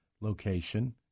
location